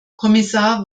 kommissar